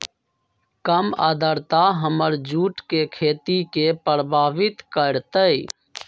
कम आद्रता हमर जुट के खेती के प्रभावित कारतै?